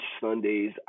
Sundays